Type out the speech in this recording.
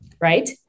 Right